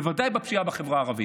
בוודאי בפשיעה בחברה הערבית.